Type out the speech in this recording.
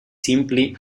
simply